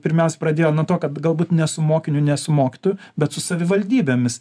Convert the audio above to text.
pirmiausia pradėjo nuo to kad galbūt ne su mokiniu ne su mokytoju bet su savivaldybėmis